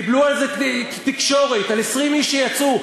קיבלו על זה תקשורת, על 20 איש שיצאו.